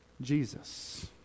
Jesus